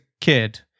kid